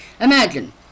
Imagine